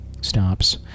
stops